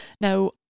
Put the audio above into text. Now